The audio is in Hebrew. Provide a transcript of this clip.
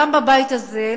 גם בבית הזה,